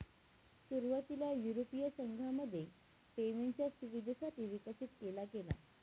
सुरुवातीला युरोपीय संघामध्ये पेमेंटच्या सुविधेसाठी विकसित केला गेला